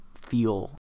feel